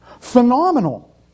phenomenal